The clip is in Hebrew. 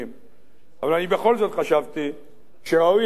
אבל אני בכל זאת חשבתי שראוי להביא את הדברים האלה,